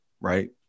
right